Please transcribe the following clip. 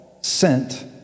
Sent